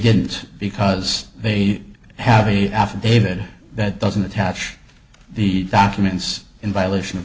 didn't because they didn't have any affidavit that doesn't attach the documents in violation of